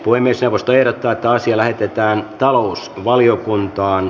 puhemiesneuvosto ehdottaa että asia lähetetään talousvaliokuntaan